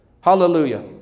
Hallelujah